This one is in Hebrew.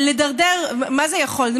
מה זה יכול?